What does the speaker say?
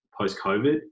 post-COVID